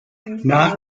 nach